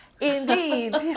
Indeed